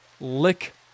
lick